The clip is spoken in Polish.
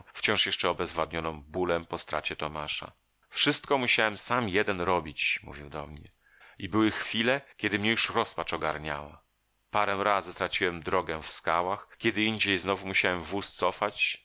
wciąż jeszcze obezwładnioną bólem po stracie tomasza wszystko musiałem sam jeden robić mówił do mnie i były chwile kiedy mnie już rozpacz ogarniała parę razy straciłem drogę w skałach kiedyindziej znowu musiałem wóz